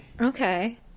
Okay